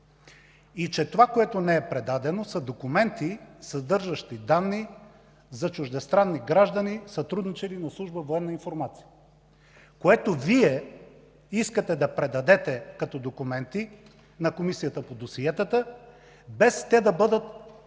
и че това, което не е предадено, са документи, съдържащи данни за чуждестранни граждани, сътрудничили на служба „Военна информация”, което Вие искате да предадете като документи на Комисията по досиетата, без те да бъдат публично